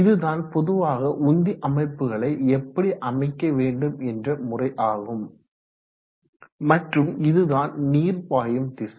இதுதான் பொதுவாக உந்தி அமைப்புகளை எப்படி அமைக்க வேண்டும் என்ற முறை ஆகும் மற்றும் இதுதான் நீர் பாயும் திசை